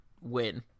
win